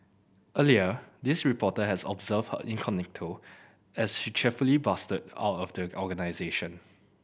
earlier this reporter has observed her incognito as she cheerily bustled out of the organisation